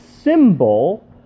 symbol